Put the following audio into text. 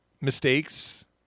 mistakes